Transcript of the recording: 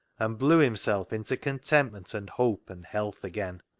and blew himself into contentment and hope and health again.